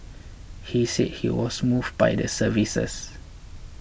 he said he was moved by the services